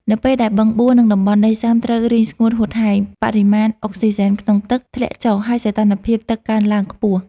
នៅពេលដែលបឹងបួរ និងតំបន់ដីសើមត្រូវរីងស្ងួតហួតហែង បរិមាណអុកស៊ីសែនក្នុងទឹកធ្លាក់ចុះ ហើយសីតុណ្ហភាពទឹកកើនឡើងខ្ពស់។